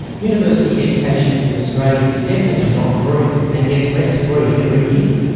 university education in australia is definitely not free and gets less free every year.